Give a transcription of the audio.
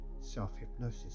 self-hypnosis